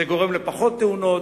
זה גורם לפחות תאונות,